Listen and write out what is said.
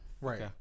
right